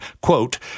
quote